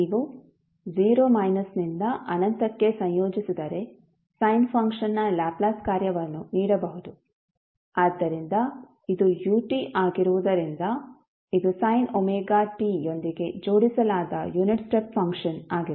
ನೀವು 0 ಮೈನಸ್ನಿಂದ ಅನಂತಕ್ಕೆ ಸಂಯೋಜಿಸಿದರೆ ಸೈನ್ ಫಂಕ್ಷನ್ನ ಲ್ಯಾಪ್ಲೇಸ್ ಕಾರ್ಯವನ್ನು ನೀಡಬಹುದು ಆದ್ದರಿಂದ ಇದು ut ಆಗಿರುವುದರಿಂದ ಇದು ಸೈನ್ ಒಮೆಗಾ t ಯೊಂದಿಗೆ ಜೋಡಿಸಲಾದ ಯುನಿಟ್ ಸ್ಟೆಪ್ ಫಂಕ್ಷನ್ ಆಗಿದೆ